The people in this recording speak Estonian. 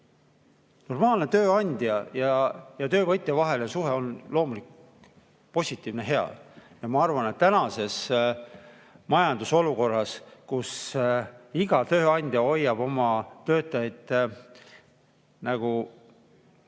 Normaalne tööandja ja töövõtja vaheline suhe on loomulik, positiivne ja hea. Ma arvan, et tänases majandusolukorras iga tööandja hoiab oma töötajaid nagu